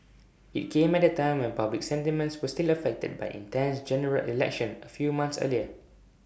IT came at A time when public sentiments were still affected by an intense General Election A few months earlier